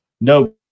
No